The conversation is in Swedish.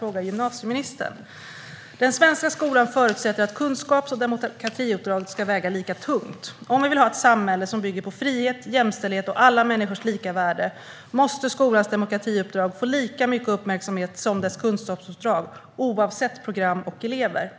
går till gymnasieministern. Den svenska skolan förutsätter att kunskaps och demokratiuppdraget ska väga lika tungt. Om vi vill ha ett samhälle som bygger på frihet, jämställdhet och alla människors lika värde måste skolans demokratiuppdrag få lika mycket uppmärksamhet som dess kunskapsuppdrag, oavsett program och elever.